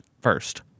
first